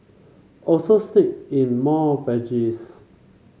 also sneak in more veggies